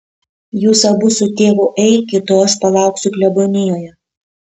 jūs abu su tėvu eikit o aš palauksiu klebonijoje